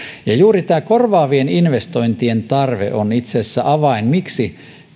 juuri tämä korvaavien investointien tarve on itse asiassa avain miksi